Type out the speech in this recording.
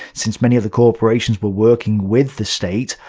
since many of the corporations were working with the state,